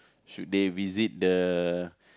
should they visit the